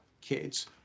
kids